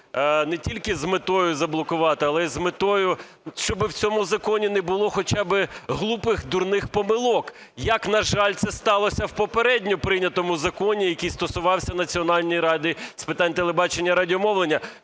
не тільки з метою заблокувати, але й з метою, щоб в цьому законі не було хоча би глупих, дурних помилок, як, на жаль, це сталося в попередньо прийнятому законі, який стосувався Національної ради з питань телебачення і радіомовлення,